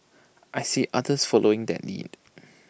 I see others following that lead